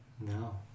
No